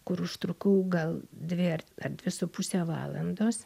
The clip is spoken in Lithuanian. kur užtrukau gal dvi ar ar dvi su puse valandos